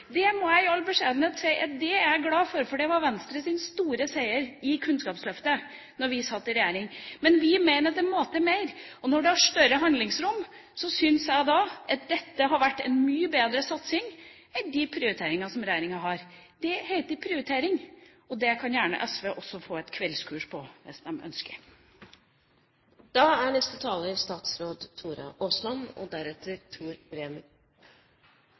Det må jeg i all beskjedenhet si at jeg er glad for, for det var Venstres store seier i Kunnskapsløftet da vi satt i regjering. Men vi mener at det må til mer, og når en har større handlingsrom, syns jeg at dette hadde vært en mye bedre satsing enn de prioriteringene som regjeringa har. Det heter prioritering, og det kan gjerne SV få et kveldskurs i, hvis